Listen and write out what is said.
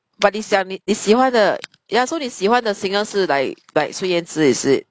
but 你想你你喜欢的 ya so 你喜欢的 singer 是 like like 孙燕姿 is it